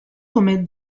come